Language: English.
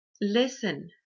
listen